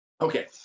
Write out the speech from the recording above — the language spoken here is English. okay